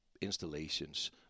installations